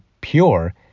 pure